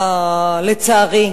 לצערי,